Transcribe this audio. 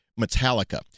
Metallica